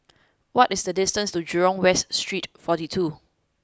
what is the distance to Jurong West Street forty two